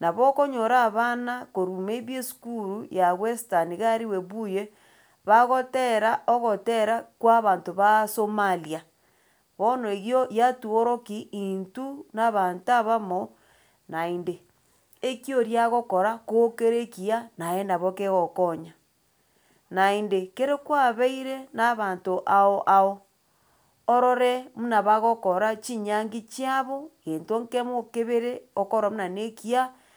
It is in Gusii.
nabo okonyora abana korwa maybe esukuru ya western iga aria webuye, bagotera ogotera kwa abanto ba somalia, bono eywo yatuorokia intwe na abanto abamo naende, eki oria agokora, ko kere ekiya, naye nabo kegogokonya. Naende, kero kwabeire na abanto ao ao, orore muna bagokora chinyangi chiabo gento nkemo kebere, okorora muna na ekiya.